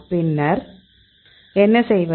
பின்னர் என்ன செய்வது